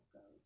go